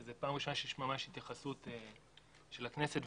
וזו פעם ראשונה שיש ממש התייחסות של הכנסת,